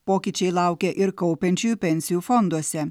pokyčiai laukia ir kaupiančiųjų pensijų fonduose